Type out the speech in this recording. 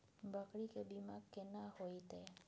बकरी के बीमा केना होइते?